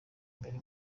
imbere